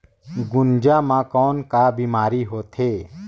गुनजा मा कौन का बीमारी होथे?